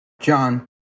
John